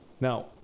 Now